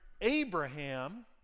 Abraham